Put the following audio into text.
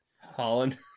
Holland